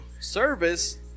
service